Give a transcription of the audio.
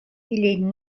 ille